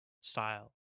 style